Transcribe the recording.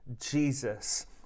Jesus